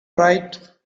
right